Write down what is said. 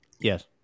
Yes